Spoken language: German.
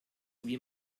wie